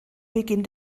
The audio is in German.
beginn